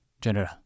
General